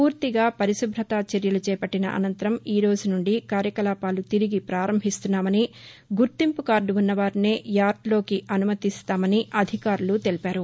పూర్తిగా పరిశుభ్రతా చర్యలు చేపల్లిన అనంతరం ఈ రోజు నుండి కార్యకలాపాలు తిరిగి ప్రారంభిస్తున్నామని గుర్తింపు కార్దు ఉన్న వారినే యార్దులోకి అనుమతిస్తామని అధికారులు తెలిపారు